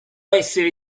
essere